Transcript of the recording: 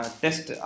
test